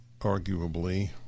arguably